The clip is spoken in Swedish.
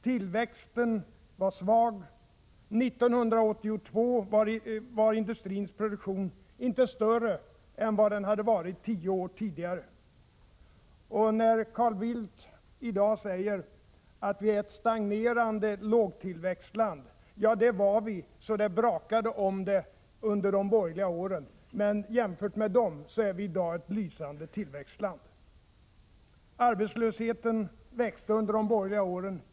Tillväxten var svag. 1982 var industrins produktion inte större än den varit tio år tidigare. När Carl Bildt säger att Sverige är ett stagnerande lågtillväxtland, svarar jag: Ja, det var det under de borgerliga åren, så det brakade. Jämfört med då är Sverige i dag ett lysande tillväxtland. Arbetslösheten växte.